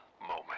moment